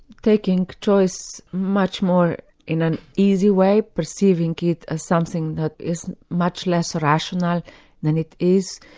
taking choice much more in an easy way, perceiving it as something that is much less rational than it is.